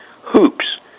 hoops